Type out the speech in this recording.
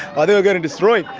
ah they were getting destroyed!